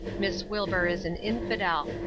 miss wilbur is an infidel.